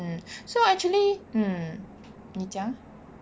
um so actually 你讲